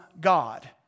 God